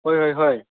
ꯍꯣꯏ ꯍꯣꯏ ꯍꯣꯏ